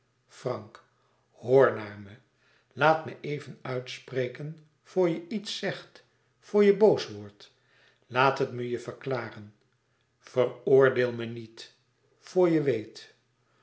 frank hoor naar me laat me even uitspreken voor je iets zegt voor je boos wordt laat het me je verklaren veroordeel me niet voor je weet